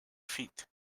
feet